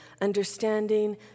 understanding